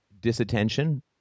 disattention